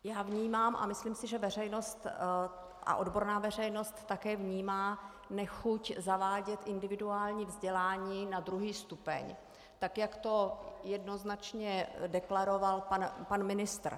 Já vnímám, a myslím si, že veřejnost a odborná veřejnost také vnímá, nechuť zavádět individuální vzdělání na druhý stupeň, tak jak to jednoznačně deklaroval pan ministr.